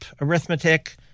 arithmetic